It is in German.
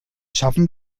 schaffen